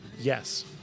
yes